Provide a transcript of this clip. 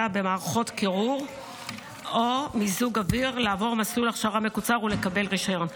במערכות קירור או מיזוג אוויר לעבור מסלול הכשרה מקוצר ולקבל רישיון.